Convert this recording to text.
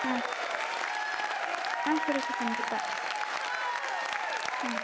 ஆ ஆ சரிக்கா கண்டிப்பாக ம்